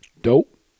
Dope